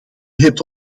hebt